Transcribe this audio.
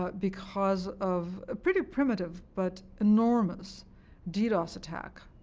but because of pretty primitive but enormous ddos attack,